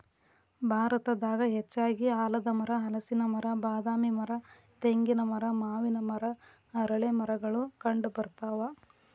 ಭಾರತದಾಗ ಹೆಚ್ಚಾಗಿ ಆಲದಮರ, ಹಲಸಿನ ಮರ, ಬಾದಾಮಿ ಮರ, ತೆಂಗಿನ ಮರ, ಮಾವಿನ ಮರ, ಅರಳೇಮರಗಳು ಕಂಡಬರ್ತಾವ